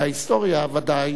וההיסטוריה ודאי